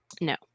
no